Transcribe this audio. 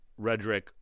Redrick